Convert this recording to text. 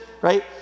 right